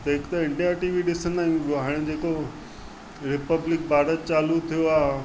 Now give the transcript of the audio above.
त हिकु त इंडिया टीवी ॾिसंदा आहियूं जो हाणे जेको रिपब्लिक भारत चालू थियो आहे